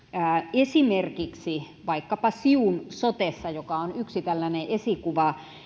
esimerkiksi siun sotessa joka on yksi tällainen esikuva